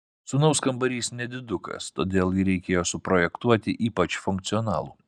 sūnaus kambarys nedidukas todėl jį reikėjo suprojektuoti ypač funkcionalų